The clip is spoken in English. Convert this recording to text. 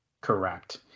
Correct